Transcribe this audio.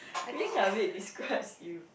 which of it describes you